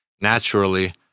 naturally